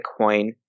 Bitcoin